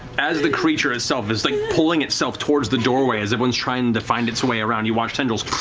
as the creature itself is like pulling itself towards the doorway, as everyone's trying to find its way around, you watch tendrils